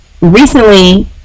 recently